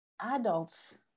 adults